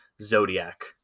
Zodiac